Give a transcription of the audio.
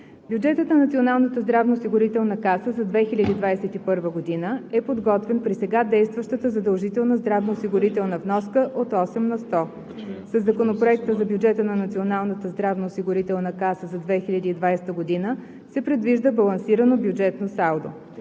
Бюджетът на Националната здравноосигурителна каса за 2021 г. е подготвен при сега действащата задължителна здравноосигурителна вноска от 8 на сто. Със Законопроекта за бюджета на Националната здравноосигурителна каса за 2020 г. се предвижда балансирано бюджетно салдо.